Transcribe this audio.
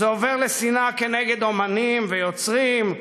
זה עובר לשנאה נגד אמנים ויוצרים,